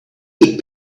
good